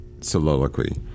soliloquy